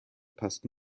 passt